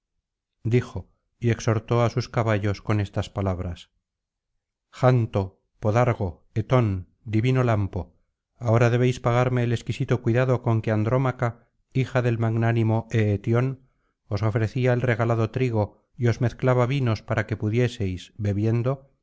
dijo y exhortó á sus caballos con estas palabras janto podargo etón divino lampo ahora debéis pagarme el exquisito cuidado con que andrómaca hija del magnánimo eetión os ofrecía el regalado trigo y os mezclaba vinos para que pudieseis bebiendo